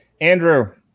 Andrew